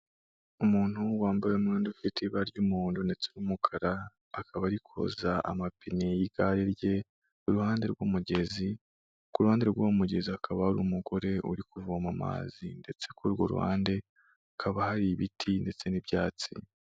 Umuntu wambaye umwenda ufite ibara ry'umuhondo, ndetse n'umukara, akaba ari koza amapine y'igare rye, iruhande rw'umugezi, ku ruhande rw'umugezi hakaba hari umugore uri kuvoma amazi, ndetse kuri urwo ruhande hakaba hari ibiti ndetse n'ibyatsi.